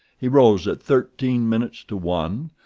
he rose at thirteen minutes to one,